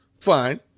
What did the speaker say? fine